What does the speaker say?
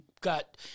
got